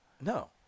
No